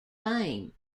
fame